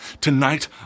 Tonight